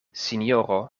sinjoro